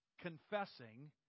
confessing